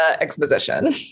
exposition